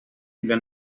vila